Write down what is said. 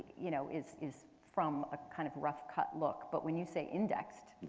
you know, is is from a kind of rough cut look, but when you say index,